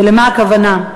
ולמה הכוונה?